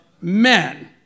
men